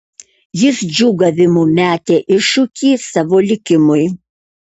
jis džiūgavimu metė iššūkį savo likimui